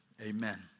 Amen